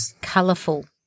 colourful